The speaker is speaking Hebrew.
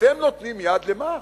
אתם נותנים יד, למה?